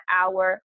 hour